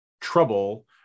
trouble